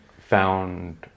found